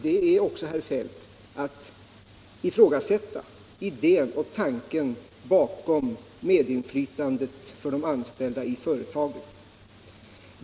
Det är också, herr Feldt, att ifrågasätta idén och tanken bakom medinflytandet för de anställda i företagen.